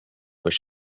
was